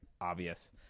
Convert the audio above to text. obvious